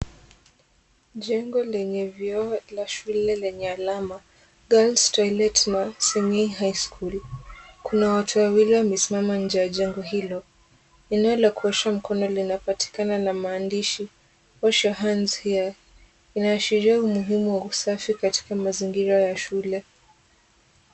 Jengo lenye vyoo la sHule lenye alama girls toilet Nasingi high school. Kuna watu wawili wamesimama nje ya jengo hilo. Eneo la kuosha mikono linapatikana na maandishi wash your hands here . Inaashiria umuhimu wa usafi katika mazingira ya shule.